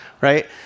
right